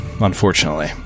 unfortunately